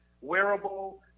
wearable